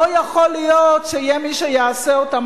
שלא יכול להיות שיהיה מי שיעשה אותם,